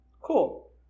Cool